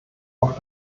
auch